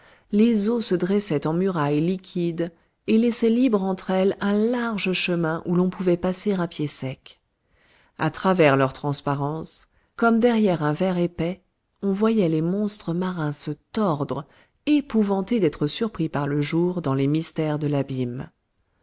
les eaux se dressaient en murailles liquides et laissaient libre entre elles un large chemin où l'on pouvait passer à pied sec à travers leur transparence comme derrière un verre épais on voyait les monstres marins se tordre épouvantés d'être surpris par le jour dans les mystères de l'abîme